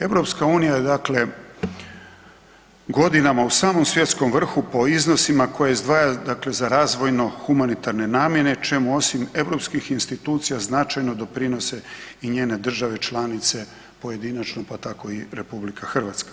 EU je dakle godinama u samom svjetskom vrhu po iznosima koje izdvaja, dakle za razvojno humanitarne namjene čemu osim europskih institucija značajno doprinose i njezine države članice pojedinačno, pa tako i RH.